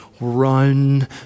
run